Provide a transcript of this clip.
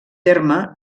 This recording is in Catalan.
terme